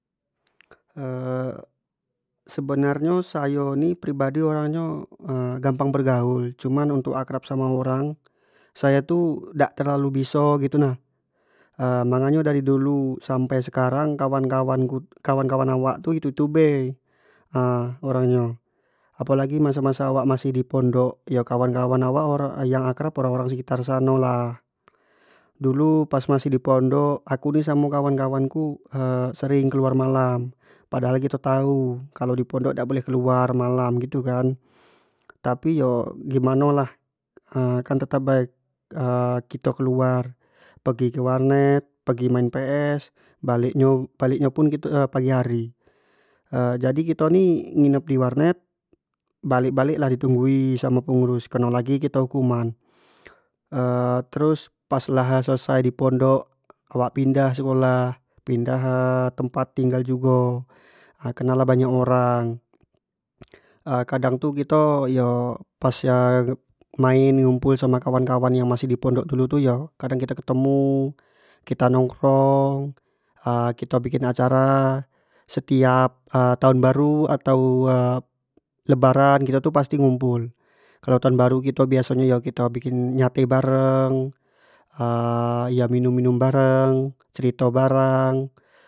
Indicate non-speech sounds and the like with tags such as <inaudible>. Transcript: <hesitation> sebenar nyo sayo ni pribadi orang nyo <hesitation> gampang bergaul, cuman untuk akrab samo orang sayo tu dak terlalu biso gitu nah <hesitation> mako nyo dari dulu sampai sekarang kawan- kawan ku kawan- kawan awak tu- itu- tu be ha orang nyo, apo lagi masa- masa awak masih di pondok, kawan- kawan awak yang akrab orang- orang sekitar sano lah, dulu pas masih di pondok aku ni samo kawan- kawan ku <hesitation> sering keluar malam padahal kito tau kalua di pondok dak boleh kelaur malam gitu kan, tapi iyo gimano lah <hesitation> kan tetap bae <hesitation> kito keluar, pergi ke warnet, pergi main ps, balek nyo pun kito pagi hari <hesitation> jadi kito ni nginep di warnet, balek- balek lah di tunggui samo pengurus keno lagi kito hukuman <hesitation> terus pas lah selesai pondok awak pindah sekolah, pindah tempat tinggal jugo kenal lah banyak orang kadang tu kito yo pas ya main ngumpul samo kawan- kawan yang di pondok dulu yo kadang yo kito ketemu, kita nongkrong <hesitation> kito bukin acara, setiap taun baru atau <hesitation> lebaran kito tu pasti ngumpul, kalau tahun baru kito biaso nyo yo nyate bareng <hesitation> ya minum- minum bareng, cerita bareng.